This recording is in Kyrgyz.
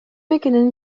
экенин